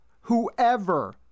whoever